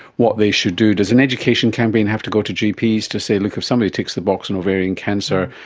what they should do? does an education campaign have to go to gps to say, look, if somebody ticks the box on ovarian cancer,